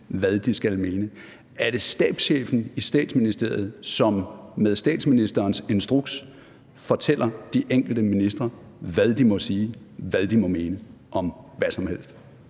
hvad de skal mene. Er det stabschefen i Statsministeriet, som med statsministerens instruks fortæller de enkelte ministre, hvad de må sige, hvad de må mene om hvad som helst?